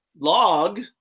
log